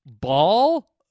ball